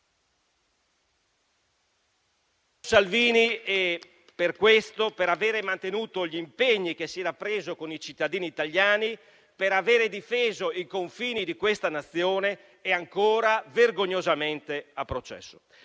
Salvini per questo, per aver mantenuto gli impegni che si era preso con i cittadini italiani, per avere difeso i confini di questa Nazione, è ancora vergognosamente a processo.